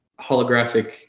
holographic